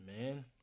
man